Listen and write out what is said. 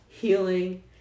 healing